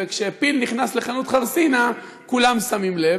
וכשפיל נכנס לחנות חרסינה, כולם שמים לב.